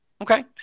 Okay